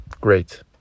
great